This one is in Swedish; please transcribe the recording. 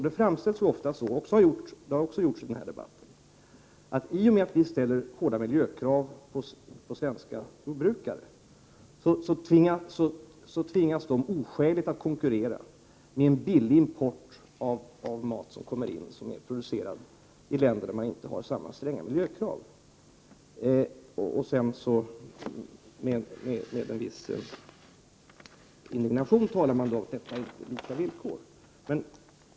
Det framställs ofta så — även i denna debatt — att i och med att vi ställer hårda miljökrav på svenska jordbrukare tvingas de oskäligt att konkurrera med billig import av mat som är producerad i länder där man inte har samma stränga miljökrav. Sedan talar man med en viss indignation om att detta inte är lika villkor.